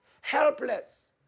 helpless